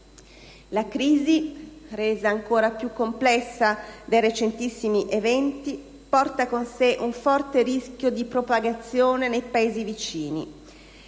La crisi, resa sempre più complessa dai recentissimi eventi, porta con sé un forte rischio di propagarsi ai Paesi vicini